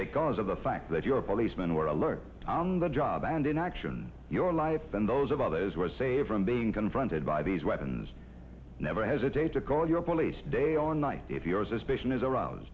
because of the fact that your policemen were alert on the job and in action your life and those of others were saved from being confronted by these weapons never hesitate to call your police day or night if your suspicion is around